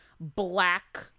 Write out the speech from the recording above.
black